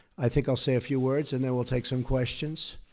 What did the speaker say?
i think i'll say a few words, and then we'll take some questions.